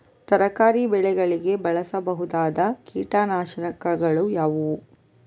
ತರಕಾರಿ ಬೆಳೆಗಳಿಗೆ ಬಳಸಬಹುದಾದ ಕೀಟನಾಶಕಗಳು ಯಾವುವು?